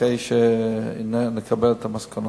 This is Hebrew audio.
אחרי שנקבל את המסקנות.